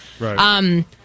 Right